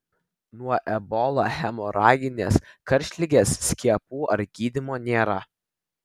nuo ebola hemoraginės karštligės skiepų ar gydymo nėra